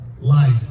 life